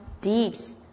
deeds